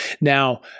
Now